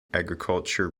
agriculture